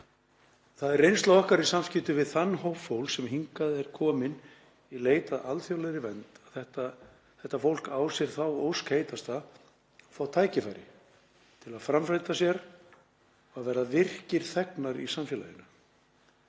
Það er reynsla okkar í samskiptum við þann hóp fólks sem hingað er kominn í leit að alþjóðlegri vernd, að þetta fólk á sér þá ósk heitasta að fá tækifæri til að framfleyta sér og að verða virkir þegnar í samfélaginu.